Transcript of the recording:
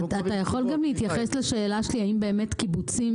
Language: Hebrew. תוכל להתייחס לשאלה שלי האם קיבוצים